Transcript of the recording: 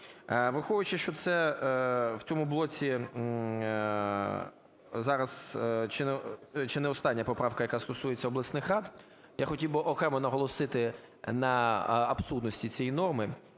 Враховуючи, що це в цьому блоці зараз чи не остання поправка, яка стосується обласних рад, я хотів би окремо наголосити на абсурдності цієї норми.